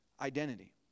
identity